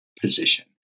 position